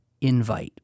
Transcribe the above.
invite